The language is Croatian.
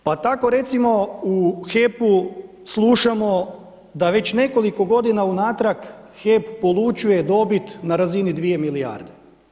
Pa tako recimo u HEP-u slušamo da već nekoliko godina unatrag HEP polučuje dobit na razini dvije milijarde.